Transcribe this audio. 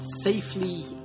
safely